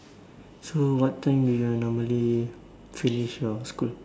so what time do you normally finish your school